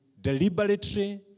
deliberately